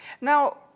Now